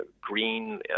green